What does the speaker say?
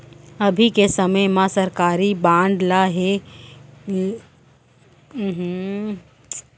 अभी के समे म सरकारी बांड ल लेहे बर छोटे निवेसक मन घलौ अपन सक्ति के हिसाब ले सरकारी बांड म निवेस कर सकत हें